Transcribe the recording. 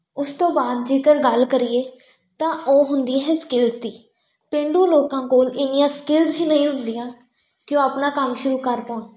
ਉਸ ਤੋਂ ਬਾਅਦ ਜੇਕਰ ਗੱਲ ਕਰੀਏ ਤਾਂ ਉਹ ਹੁੰਦੀ ਹੈ ਸਕਿੱਲਸ ਦੀ ਪੇਂਡੂ ਲੋਕਾਂ ਕੋਲ ਇੰਨੀਆਂ ਸਕਿੱਲਸ ਹੀ ਨਹੀਂ ਹੁੰਦੀਆਂ ਕਿ ਉਹ ਆਪਣਾ ਕੰਮ ਸ਼ੁਰੂ ਕਰ ਪਾਉਣ